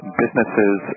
businesses